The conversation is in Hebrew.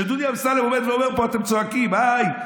כשדודי אמסלם עומד ואומר פה אתם צועקים: איי,